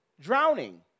drowning